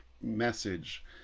message